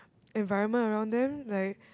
environment around them like